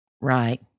Right